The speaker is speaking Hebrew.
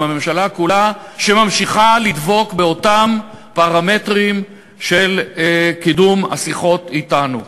עם הממשלה כולה שממשיכה לדבוק באותם פרמטרים של קידום השיחות אתנו.